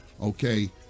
okay